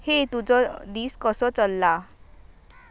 हे तुजो दीस कसो चल्ला